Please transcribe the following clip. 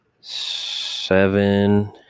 seven